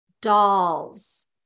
dolls